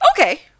Okay